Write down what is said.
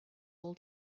all